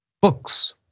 books